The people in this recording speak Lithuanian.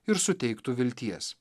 ir suteiktų vilties